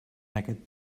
aquest